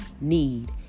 need